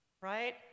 right